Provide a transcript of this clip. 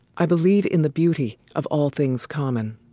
i believe in the beauty of all things common.